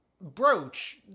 Brooch